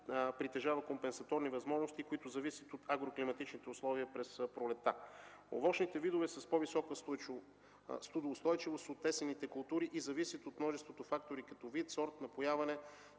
компенсаторни възможности, които зависят от агроклиматичните условия през пролетта. Овощните видове са с по-висока студоустойчивост от есенните култури и зависят от множество фактори като вид, сорт, напояване,